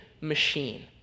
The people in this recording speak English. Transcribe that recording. machine